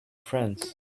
france